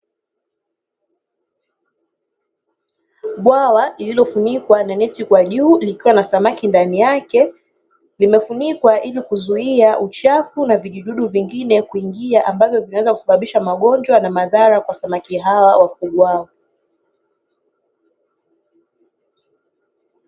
Bwawa lililofunikwa na neti kwa juu likiwa na samaki ndani yake. Limefunikwa ili kuzuia uchafu na vijidudu vingine kuingia ambavyo vinaweza kusababisha magonjwa na madhara kwa samaki hawa wafugwao.